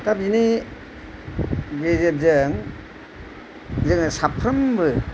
दा बेनि गेजेरजों जोङो साफ्रोमबो